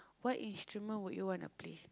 what instrument would you wanna play